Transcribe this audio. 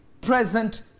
present